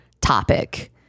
topic